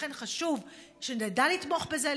לכן חשוב שנדע לתמוך בזה,